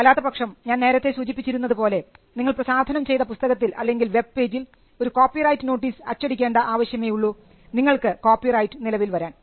അല്ലാത്തപക്ഷം ഞാൻ നേരത്തെ സൂചിപ്പിച്ചിരുന്നത് പോലെ നിങ്ങൾ പ്രസാധനം ചെയ്ത പുസ്തകത്തിൽ അല്ലെങ്കിൽ വെബ്പേജിൽ ഒരു കോപ്പി റൈറ്റ് നോട്ടീസ് അച്ചടിക്കേണ്ട ആവശ്യമേ ഉള്ളൂ നിങ്ങൾക്ക് കോപ്പിറൈറ്റ് നിലവിൽ വരാൻ